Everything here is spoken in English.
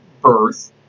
birth